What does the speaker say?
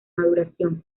maduración